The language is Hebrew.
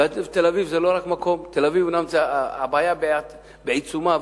ובתל-אביב אומנם הבעיה בעיצומה,